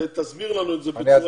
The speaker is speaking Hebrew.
תסביר לנו את זה.